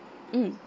mm